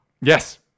Yes